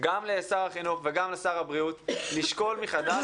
גם לשר החינוך וגם לשר הבריאות לשקול מחדש